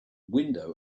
window